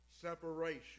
separation